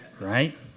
right